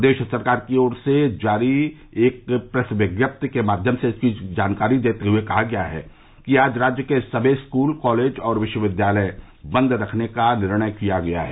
प्रदेश सरकार की ओर से जारी एक प्रेस विज्ञप्ति के माध्यम से इसकी जानकारी देते हुए कहा गया कि आज राज्य के सभी स्कूल कॉलेज और विश्वविद्यालय बंद रखने का निर्णय किया गया है